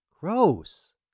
Gross